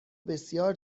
بسیار